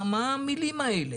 מה זה המילים האלה?